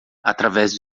através